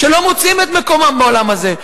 שלא מוצאים את מקומם בעולם הזה.